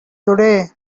today